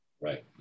Right